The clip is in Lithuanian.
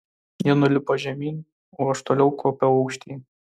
ji nulipo žemyn o aš toliau kopiau aukštyn